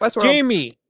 Jamie